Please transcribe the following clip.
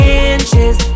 inches